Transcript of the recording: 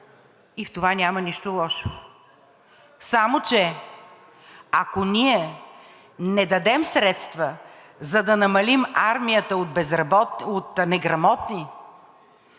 В това няма нищо лошо. Само че, ако ние не дадем средства, за да намалим армията от неграмотни,